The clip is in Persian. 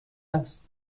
است